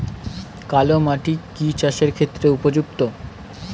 কালো মাটি কি চাষের ক্ষেত্রে উপযুক্ত?